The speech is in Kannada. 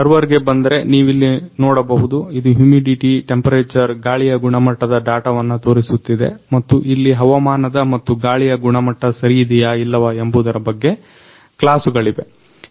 ಸರ್ವರ್ಗೆ ಬಂದರೆ ನೀವಿಲ್ಲಿ ನೋಡಬಹುದು ಇದು ಹ್ಯುಮಿಡಿಟಿ ಟೆಂಪರೇಚರ್ ಗಾಳಿಯ ಗುಣಮಟ್ಟದ ಡಾಟವನ್ನ ತೋರಿಸುತ್ತಿದೆ ಮತ್ತು ಇಲ್ಲಿ ಹವಮಾನದ ಮತ್ತು ಗಾಳಿಯ ಗುಣಮಟ್ಟ ಸರಯಿದೆಯಾ ಇಲ್ಲವಾ ಎಂಬುದರ ಬಗ್ಗೆ ಕ್ಲಾಸುಗಳಿವೆ